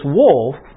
wolf